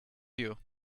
you